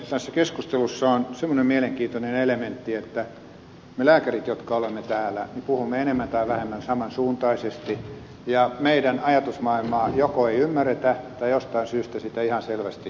tässä keskustelussa on semmoinen mielenkiintoinen elementti että me lääkärit jotka olemme täällä puhumme enemmän tai vähemmän saman suuntaisesti ja meidän ajatusmaailmaamme joko ei ymmärretä tai jostain syystä sitä ihan selvästi vastustetaan